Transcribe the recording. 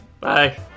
Bye